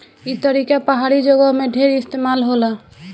ई तरीका पहाड़ी जगह में ढेर इस्तेमाल होला